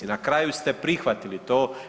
Na kraju ste prihvatili to.